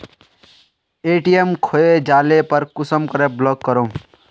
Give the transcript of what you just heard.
ATM खोये जाले पर कुंसम करे ब्लॉक करूम?